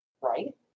right